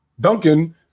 Duncan